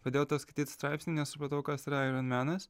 pradėjau tą skaityt straipsnį nesupratau kas yra aironmenas